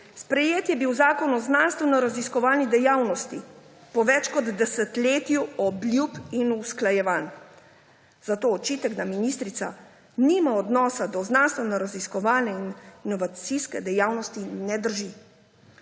Sprejet je bil zakon o znanstvenoraziskovalni dejavnosti po več kot desetletju obljub in usklajevanj. Zato očitek, da ministrica nima odnosa do znanstvenoraziskovalne in inovacijske dejavnosti, ne drži.